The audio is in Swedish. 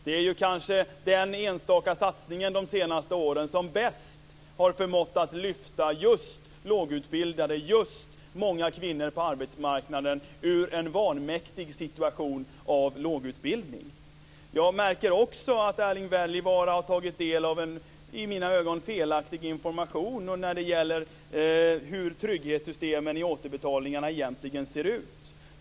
Det är kanske den enstaka satsning de senaste åren som bäst har förmått att lyfta just lågutbildade och många kvinnor på arbetsmarknaden ur en vanmäktig situation av lågutbildning. Jag märker också att Erling Wälivaara har tagit del av en i mina ögon felaktig information om hur trygghetssystemen i återbetalningarna egentligen ser ut.